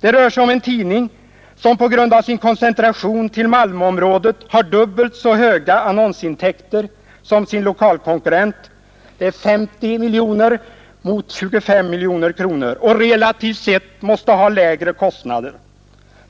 Det rör sig om en tidning som på grund av sin koncentration till Malmöområdet har dubbelt så höga annonsintäkter som sin lokalkonkurrent — 50 miljoner mot 25 miljoner kronor — och relativt sett måste ha lägre kostnader.